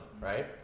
right